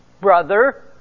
brother